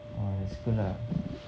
!wah! that's good lah